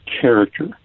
character